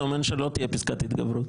זה אומר שלא תהיה פסקת התגברות.